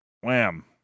Wham